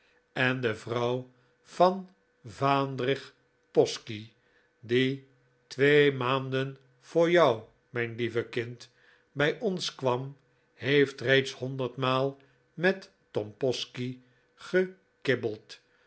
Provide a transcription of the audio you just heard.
en de vrouw van vaandrig posky die twee maanden voor jou mijn lieve kind bij ons kwam heeft reeds honderd maal met tom posky gekibbeld